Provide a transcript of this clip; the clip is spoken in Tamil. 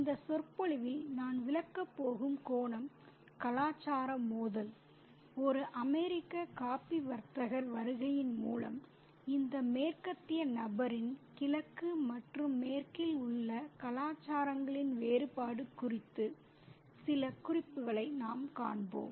இந்த சொற்பொழிவில் நான் விளக்கப் போகும் கோணம் கலாச்சார மோதல் ஒரு அமெரிக்க காப்பி வர்த்தகர் வருகையின் மூலம் இந்த மேற்கத்திய நபரின் கிழக்கு மற்றும் மேற்கில் உள்ள கலாச்சாரங்களின் வேறுபாடு குறித்து சில குறிப்புகளை நாம் காண்போம்